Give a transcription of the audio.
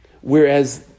Whereas